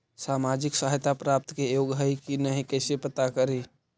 सामाजिक सहायता प्राप्त के योग्य हई कि नहीं कैसे पता करी?